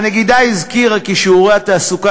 ועוד: "הנגידה הזכירה כי שיעורי התעסוקה